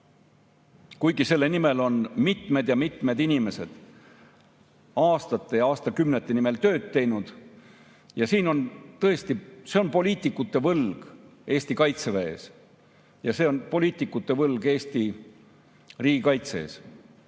kuigi selle nimel on mitmed ja mitmed inimesed aastaid ja aastakümneid tööd teinud. Tõesti, see on poliitikute võlg Eesti Kaitseväe ees ja see on poliitikute võlg Eesti riigikaitse ees.